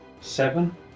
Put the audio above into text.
seven